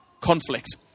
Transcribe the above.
Conflict